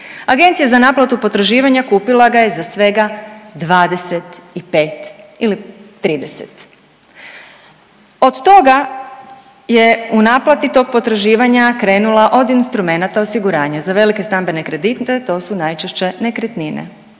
Agencija za naplatu potraživanja kupila ga je za svega 25 ili 30. Od toga je u naplati tog potraživanja krenula od instrumenata osiguranja. Za velike stambene kredite to su najčešće nekretnine,